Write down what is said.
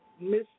miss